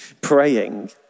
praying